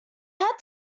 had